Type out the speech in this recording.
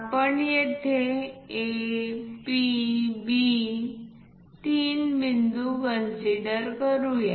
आपण येथे A P B तीन बिंदू कन्सिडर करूया